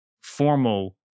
formal